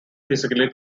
physically